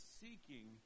seeking